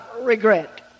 regret